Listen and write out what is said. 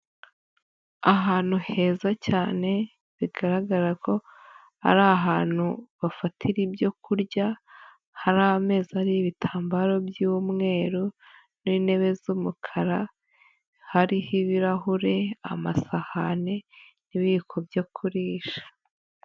Ahantu heza cyane bigaragara ko ari ahantu bafatira ibyo kurya, hari ameza ariho ibitambaro by'umweru n'intebe z'umukara hariho ibirahure, amasahani n'ibiyiko byo kurisha.